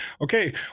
okay